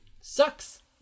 sucks